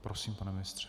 Prosím, pane ministře.